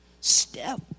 step